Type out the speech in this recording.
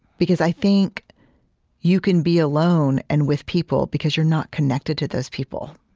because i think you can be alone and with people, because you're not connected to those people.